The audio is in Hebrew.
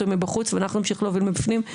מבחוץ ואנחנו נמשיך להוביל מבפנים,